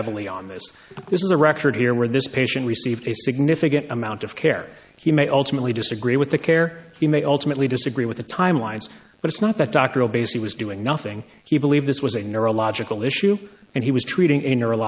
heavily on this this is a record here where this patient received a significant amount of care he may ultimately disagree with the care he may ultimately disagree with the timelines but it's not that doctor obviously was doing nothing he believed this was a neurological issue and he was treating